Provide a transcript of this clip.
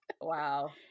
Wow